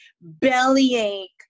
Bellyache